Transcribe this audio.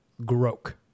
Grok